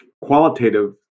qualitative